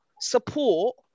support